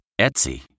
Etsy